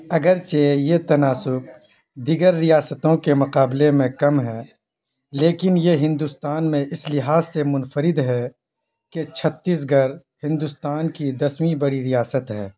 اگرچہ یہ تناسب دیگر ریاستوں کے مقابلے میں کم ہے لیکن یہ ہندوستان میں اس لحاظ سے منفرد ہے کہ چھتیس گڑھ ہندوستان کی دسویں بڑی ریاست ہے